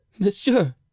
Monsieur